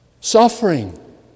suffering